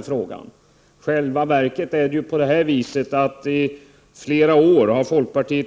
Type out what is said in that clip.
I själva verket har folkpartiet i flera år